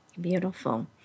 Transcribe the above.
Beautiful